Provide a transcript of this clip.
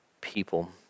people